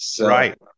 Right